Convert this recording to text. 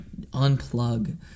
unplug